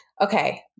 okay